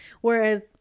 Whereas